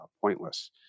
pointless